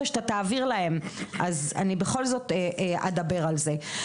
שאתה תעביר להם אז אני בכל זאת אדבר על זה.